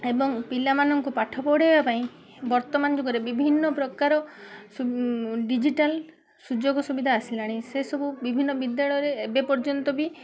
ଏବଂ ପିଲାମାନଙ୍କୁ ପାଠ ପଢ଼େଇବା ପାଇଁ ବର୍ତ୍ତମାନ ଯୁଗରେ ବିଭିନ୍ନ ପ୍ରକାର ସୁ ଡିଜିଟାଲ୍ ସୁଯୋଗ ସୁବିଧା ଆସିଲାଣି ସେ ସବୁ ବିଭିନ୍ନ ବିଦ୍ୟାଳୟ ରେ ଏବେ ପର୍ଯ୍ୟନ୍ତ ବି